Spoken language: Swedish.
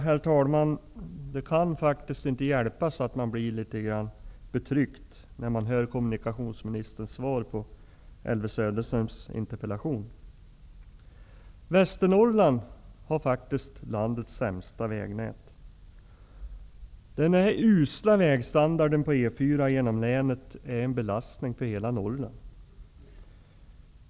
Herr talman! Det kan inte hjälpas att man blir litet betryckt när man hör kommunikationsministerns svar på Elvy Söderströms interpellation. Västernorrland har faktiskt landets sämsta vägnät. Den usla vägstandarden på E 4-n genom länet är en belastning för hela Norrland.